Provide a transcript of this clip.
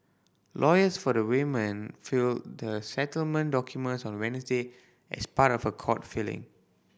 lawyers for the women filed the settlement documents on Wednesday as part of a court filing